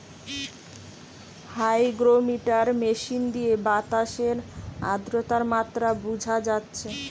hygrometer machine দিয়ে বাতাসের আদ্রতার মাত্রা বুঝা যাচ্ছে